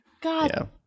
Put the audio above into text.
God